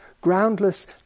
Groundless